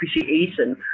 appreciation